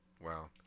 Wow